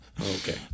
Okay